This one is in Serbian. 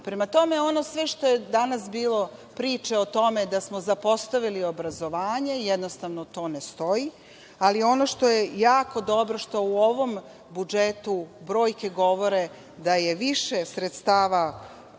tome, ono sve što je danas bilo priče o tome da smo zapostavili obrazovanje, jednostavno to ne stoji, ali ono što je jako dobro što u ovom budžetu brojke govore da više sredstava